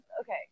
Okay